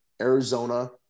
Arizona